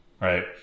right